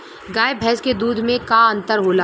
गाय भैंस के दूध में का अन्तर होला?